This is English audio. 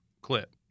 clip